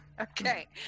Okay